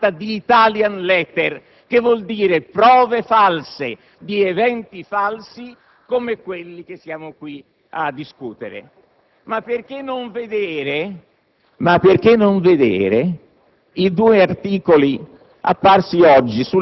che hanno preparato quella che qui viene chiamata «*The italian letter*», che vuol dire prove false di eventi falsi, come quelli che stiamo qui discutendo. Ma perché non vedere due articoli apparsi